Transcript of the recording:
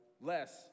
less